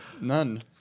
None